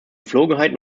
gepflogenheiten